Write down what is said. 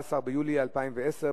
14 ביולי 2010,